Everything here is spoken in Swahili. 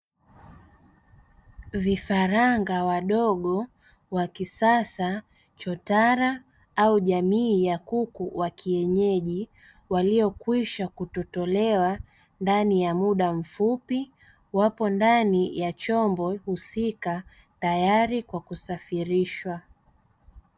Vifaranga wadogo wa kisasa, chotara au jamii ya kuku wa kienyeji, waliokwisha kutotolewa ndani ya muda mfupi, wapo ndani ya chombo husika tayari kwa kusafirishwa.